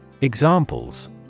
Examples